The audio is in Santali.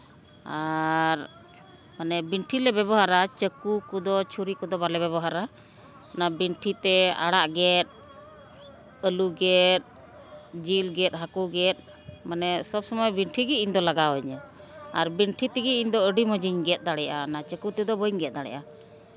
ᱟᱨ ᱵᱤᱱᱴᱷᱤᱞᱮ ᱵᱮᱵᱚᱦᱟᱨᱟ ᱪᱟᱹᱠᱩ ᱠᱚᱫᱚ ᱪᱷᱩᱨᱤ ᱠᱚᱫᱚ ᱵᱟᱞᱮ ᱵᱮᱵᱚᱦᱟᱨᱟ ᱚᱱᱟ ᱵᱤᱱᱴᱷᱤ ᱛᱮ ᱟᱲᱟᱜ ᱜᱮᱫ ᱟᱹᱞᱩ ᱜᱮᱛ ᱡᱤᱞ ᱜᱮᱫ ᱦᱟᱹᱠᱩ ᱜᱮᱫ ᱢᱟᱱᱮ ᱥᱚᱵᱽ ᱥᱚᱢᱚᱭ ᱵᱷᱤᱱᱴᱤ ᱜᱮ ᱤᱧᱫᱚ ᱞᱟᱜᱟᱣ ᱤᱧᱟᱹ ᱟᱨ ᱵᱷᱤᱱᱴᱷᱤ ᱛᱮᱜᱮ ᱤᱧᱫᱚ ᱟᱹᱰᱤ ᱢᱚᱡᱽ ᱤᱧ ᱜᱮᱫ ᱫᱟᱲᱮᱭᱟᱜᱼᱟ ᱪᱟᱹᱠᱩ ᱛᱮᱫᱚ ᱵᱟᱹᱧ ᱜᱮᱫ ᱫᱟᱲᱮᱭᱟᱜᱼᱟ